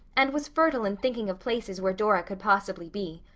and was fertile in thinking of places where dora could possibly be.